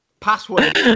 Password